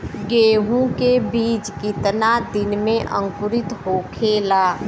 गेहूँ के बिज कितना दिन में अंकुरित होखेला?